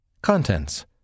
Contents